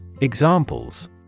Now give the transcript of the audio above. Examples